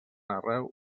arreu